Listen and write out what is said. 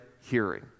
hearing